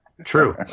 true